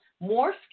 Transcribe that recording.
more